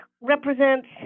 represents